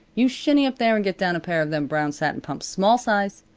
you shinny up there and get down a pair of them brown satin pumps, small size.